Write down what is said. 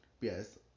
Yes